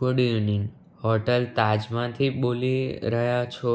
good evening hotel તાજમાંથી બોલી રહ્યા છો